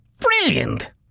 Brilliant